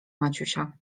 maciusia